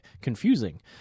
Confusing